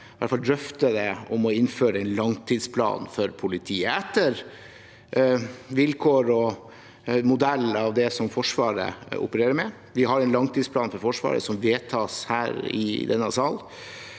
i hvert fall drøfte – å innføre en langtidsplan for politiet, etter vilkår og modell av det Forsvaret opererer med. Vi har en langtidsplan for Forsvaret som vedtas her i denne sal.